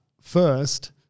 First